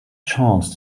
chance